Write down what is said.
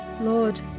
Lord